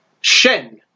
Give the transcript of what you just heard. Shen